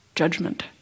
judgment